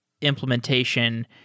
implementation